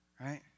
right